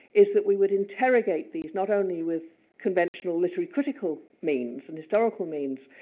is that we would interrogate these, not only with conventional literary critical means, and historical means,